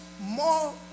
more